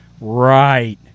Right